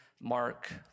Mark